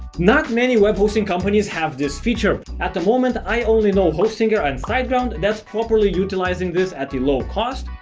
not many web hosting companies have this feature at the moment i only know holsinger and siteground that's properly utilizing this at the low cost.